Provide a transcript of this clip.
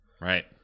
Right